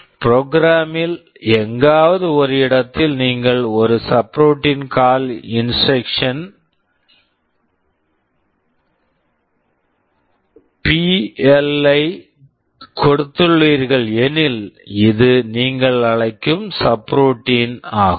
program program ல் எங்காவது ஒரு இடத்தில் நீங்கள் ஒரு subroutine subroutine call call instruction instruction BL BL ஐ கொடுத்துள்ளீர்கள் எனில் இது நீங்கள் அழைக்கும் சப்ரூட்டீன் subroutine ஆகும்